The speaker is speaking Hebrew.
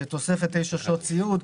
תוספת של תשע שעות סיעוד,